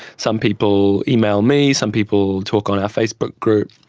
some people email me, some people talk on our facebook group.